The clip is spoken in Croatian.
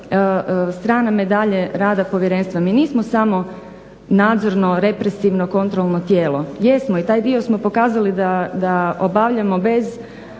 strana medalje rada povjerenstva. Mi nismo samo nadzorno-represivno-kontrolno tijelo, jesmo i taj dio smo pokazali da obavljamo bez